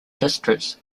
districts